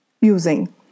using